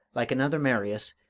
like another marius,